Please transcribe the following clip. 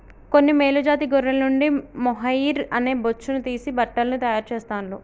కొన్ని మేలు జాతి గొర్రెల నుండి మొహైయిర్ అనే బొచ్చును తీసి బట్టలను తాయారు చెస్తాండ్లు